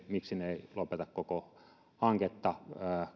miksi ne eivät lopeta koko hanketta